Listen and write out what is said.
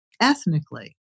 ethnically